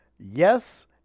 Yes